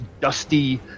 dusty